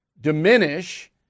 diminish